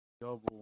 Double